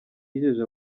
yijeje